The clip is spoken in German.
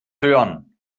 hören